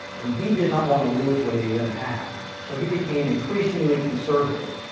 and he did not want to lose what he then had. so he became increasingly conservative.